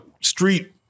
street